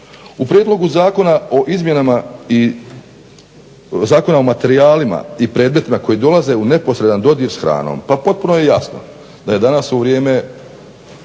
na taj zakon. U prijedlogu Zakona o materijalima i predmetima koji dolaze u neposredan dodir s hranom pa potpuno je jasno da je danas u vrijeme